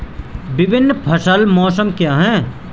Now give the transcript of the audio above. विभिन्न फसल मौसम क्या हैं?